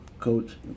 Coach